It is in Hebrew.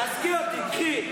תאזקי אותי, קחי.